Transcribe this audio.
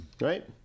Right